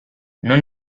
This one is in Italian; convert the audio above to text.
non